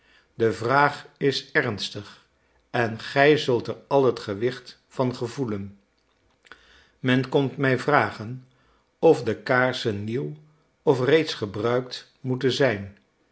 de vraag is ernstig en gij zult er al het gewicht van gevoelen men komt mij vragen of de kaarsen nieuw of reeds gebruikt moeten zijn